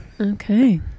Okay